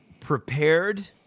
prepared